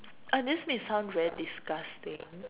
uh this may sound very disgusting